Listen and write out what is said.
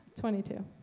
22